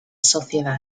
sociedad